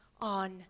on